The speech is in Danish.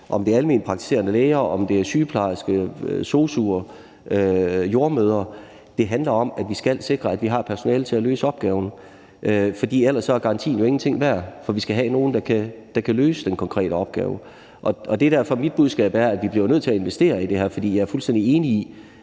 om det er alment praktiserende læger, om det er sygeplejersker, sosu'er eller jordemødre. Det handler om, at vi skal sikre, at vi har et personale til at løse opgaven, for ellers er garantien ingenting værd. For vi skal have nogle, der kan løse den konkrete opgave, og det er derfor, mit budskab er, at vi jo bliver nødt til at investere i det her. For jeg er fuldstændig enig i,